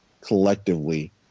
collectively